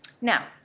Now